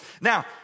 Now